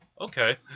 okay